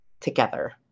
together